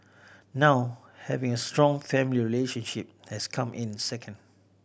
now having a strong family relationship has come in second